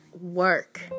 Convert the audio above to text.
work